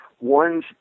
One's